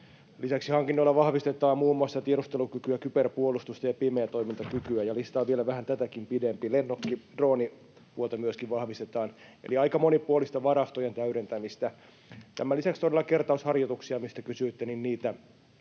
lisäksi hankinnoilla vahvistetaan muun muassa tiedustelukykyä, kyberpuolustusta ja pimeätoimintakykyä. Ja lista on vielä vähän tätäkin pidempi: lennokki-, droonipuolta myöskin vahvistetaan, eli aika monipuolista varastojen täydentämistä. Tämän lisäksi todella kertausharjoituksia, mistä kysyitte, lisätään